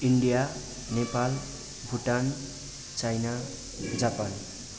India Nepal Bhutan China Japan